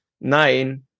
nine